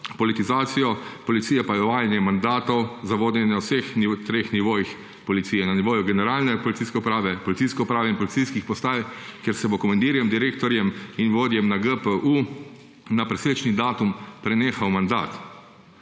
politizacijo policije, pa je uvajanje mandatov za vodenje na vseh treh nivojih policije: na nivoju generalne policijske uprave, policijske uprave in policijskih postaj, kjer bo komandirjem, direktorjem in vodjem na GPU na presečni datum prenehal mandat.